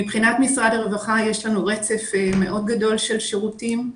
מבחינת משרד הרווחה יש לנו רצף מאוד גדול של שירותים.